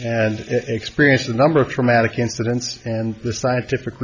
and experienced a number of traumatic incidents and the scientific